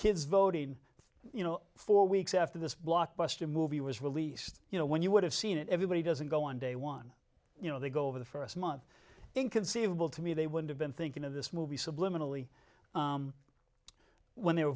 kids voting you know four weeks after this blockbuster movie was released you know when you would have seen it everybody doesn't go on day one you know they go over the first month inconceivable to me they would have been thinking of this movie subliminally when they